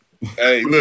Hey